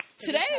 today